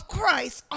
Christ